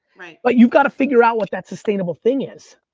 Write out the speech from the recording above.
right. but you've gotta figure out what that sustainable thing is.